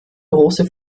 große